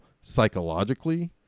psychologically